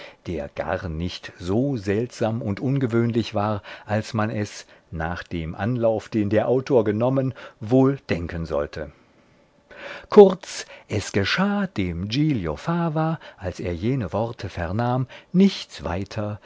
der gar nicht so seltsam und ungewöhnlich war als man es nach dem anlauf den der autor genommen wohl denken sollte kurz es geschah dem giglio fava als er jene worte vernahm nichts weiter